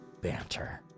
banter